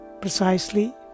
precisely